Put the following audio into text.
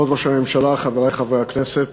כבוד ראש הממשלה, חברי חברי הכנסת,